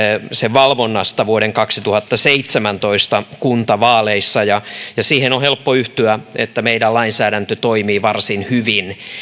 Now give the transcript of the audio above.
valvonnasta vuoden kaksituhattaseitsemäntoista kuntavaaleissa ja siihen on helppo yhtyä että meidän lainsäädäntö toimii varsin hyvin